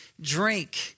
drink